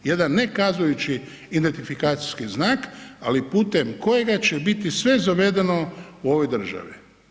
Jedan ne kazujući identifikacijski znak, ali putem kojega će biti sve zavedeno u ovoj državi.